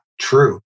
true